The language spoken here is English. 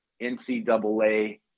NCAA